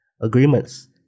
agreements